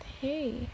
hey